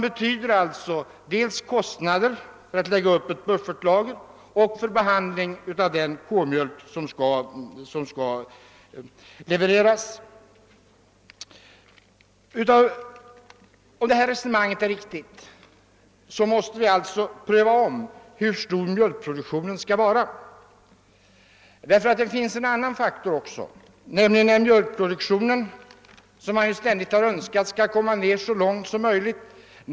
Detta medför kostnader dels för uppläggning av ett buffertlager, dels för behandling av den K mjölk som skall levereras. Om detta resonemang är riktigt, måste vi ompröva frågan om mjölkproduktionens storlek. Det finns nämligen även en annan faktor. Man har ständigt talat om att mjölkproduktionen skall hållas så låg som möjligt.